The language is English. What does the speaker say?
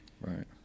right